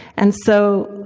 and so,